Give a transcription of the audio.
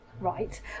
right